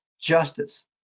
justice